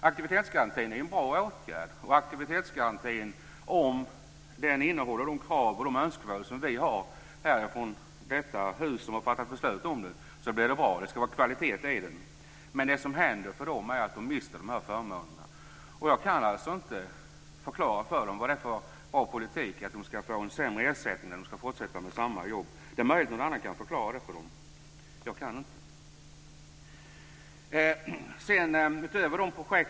Aktivitetsgarantin är en bra åtgärd, om den uppfyller de krav och önskemål vi har i detta hus, där vi har fattat beslut om den. Då blir det bra. Det ska vara kvalitet i aktivitetsgarantin. Men det som händer för de människor jag talat om är att de mister förmåner. Jag kan inte förklara för dem vad det är för bra i den politiken, att de ska få sämre ersättning när de fortsätter med samma jobb. Det är möjligt att någon annan kan förklara det för dem. Jag kan det inte.